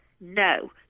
No